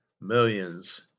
millions